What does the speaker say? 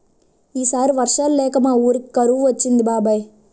ఈ సారి వర్షాలు లేక మా వూరికి కరువు వచ్చింది బాబాయ్